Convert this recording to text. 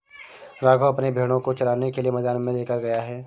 राघव अपने भेड़ों को चराने के लिए मैदान में लेकर गया है